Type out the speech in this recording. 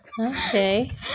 Okay